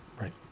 right